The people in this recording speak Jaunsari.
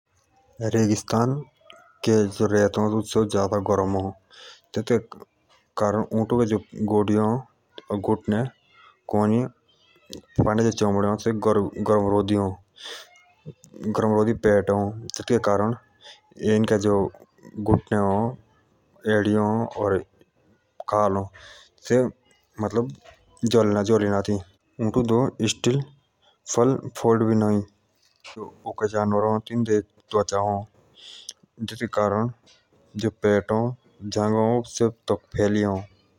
रेगिस्तान को जो रेत सेओ। ज्यादा गर्म अ थेथोके कारण जो थीन की गोडी जल जाओ चमड़े अ गर्म रोधी अ से मतलब जल ना आती जीतू के कारण इनको पेट जल न आती।